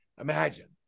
Imagine